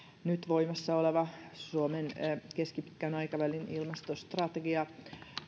nyt voimassa oleva suomen keskipitkän aikavälin ilmastostrategia